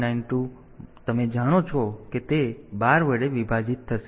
0592 તમે જાણો છો કે તે 12 વડે વિભાજિત થશે